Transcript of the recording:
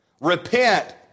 Repent